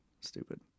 stupid